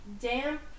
damp